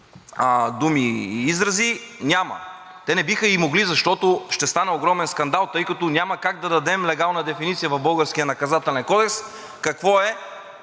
думи и изрази, няма. Те не биха и могли, защото ще стане огромен скандал, тъй като няма как да дадем легална дефиниция в българския